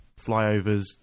flyovers